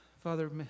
Father